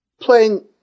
playing